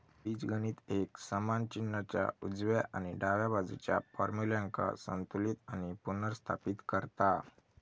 बीजगणित एक समान चिन्हाच्या उजव्या आणि डाव्या बाजुच्या फार्म्युल्यांका संतुलित आणि पुनर्स्थापित करता